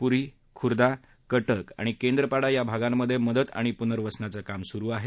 पुरी खुर्दा कटक आणि केंद्रपाडा या भागांमधे मदत आणि पुनर्वसनाचं काम सुरुच आहे